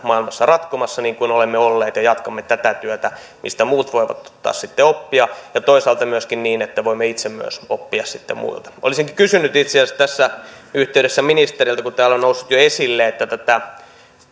maailmassa ratkomassa niin kuin olemme olleet ja jatkamme tätä työtä mistä muut voivat ottaa sitten oppia ja toisaalta myöskin niin että voimme itse myös oppia sitten muilta olisinkin kysynyt itse asiassa tässä yhteydessä ministeriltä kun täällä on noussut jo esille tätä